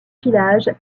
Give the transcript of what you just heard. village